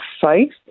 faith